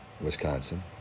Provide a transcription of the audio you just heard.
Wisconsin